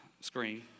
screen